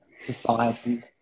society